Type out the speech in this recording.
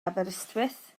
aberystwyth